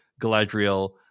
Galadriel